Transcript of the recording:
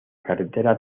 carretera